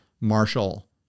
Marshall